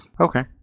Okay